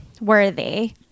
worthy